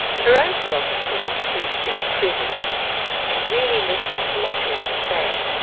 her own philosophy includes being present and really listening to what children are saying.